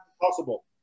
Possible